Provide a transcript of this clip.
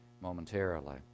momentarily